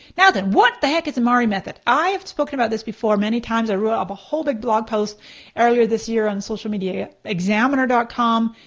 now then what the heck is a mari method? i've spoken about this before many times, i wrote up a whole big blog post earlier this year on socialmediaexaminer com.